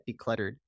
decluttered